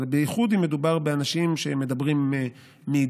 בייחוד אם מדובר באנשים שהם מדברים מאידיאולוגיה,